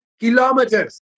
kilometers